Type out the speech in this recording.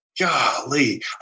Golly